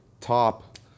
top